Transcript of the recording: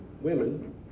women